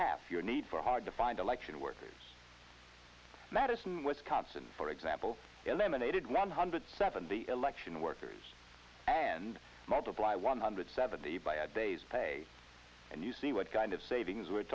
half your need for hard to find election workers madison wisconsin for example eliminated one hundred seventy election workers and multiply one hundred it's seventy by a day's pay and you see what kind of savings we're